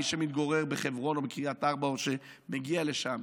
מי שמתגורר בחברון או בקריית ארבע או שמגיע לשם,